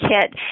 Kit